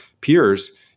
peers